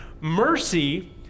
Mercy